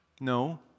No